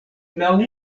laŭ